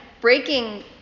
breaking